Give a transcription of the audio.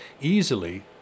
easily